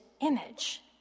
image